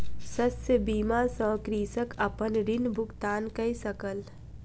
शस्य बीमा सॅ कृषक अपन ऋण भुगतान कय सकल